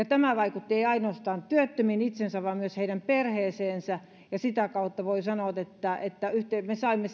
tämä ei vaikuttanut ainoastaan työttömiin itseensä vaan myös heidän perheisiinsä ja sitä kautta voi sanoa että me saimme